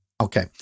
Okay